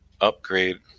upgrade